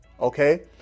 Okay